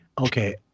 Okay